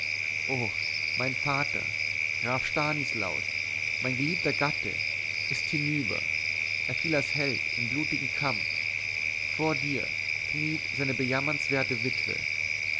o mein vater graf stanislaus mein geliebter gatte ist hinüber er fiel als held im blutigen kampf vor dir kniet seine bejammernswerte witwe